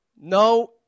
No